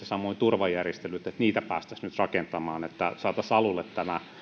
samoin turvajärjestelyt se että niitä päästäisiin nyt rakentamaan että saataisiin alulle tämä